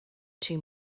too